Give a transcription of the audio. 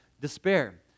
despair